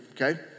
okay